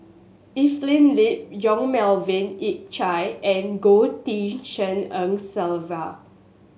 Evelyn Lip Yong Melvin Yik Chye and Goh Tshin En Sylvia